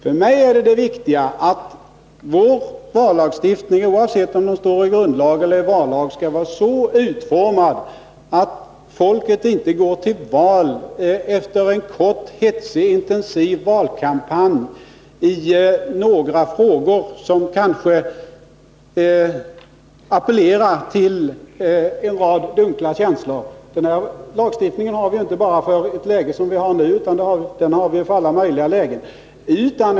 För mig är det viktiga att vår vallagstiftning, oavsett om den meddelats i form av vallag eller i form av grundlag, skall vara så utformad att folket inte går till val efter en kort, hetsig och intensiv valkampanj i några frågor, som kanske appellerar till en rad dunkla känslor. Denna lagstiftning är till inte bara för det läge som nu råder utan för alla möjliga lägen.